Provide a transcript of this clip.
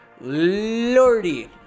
Lordy